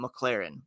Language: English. McLaren